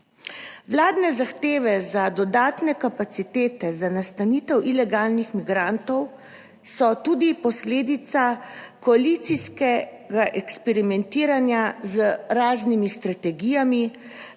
Vladne zahteve za dodatne kapacitete za nastanitev ilegalnih migrantov so tudi posledica koalicijskega eksperimentiranja z raznimi strategijami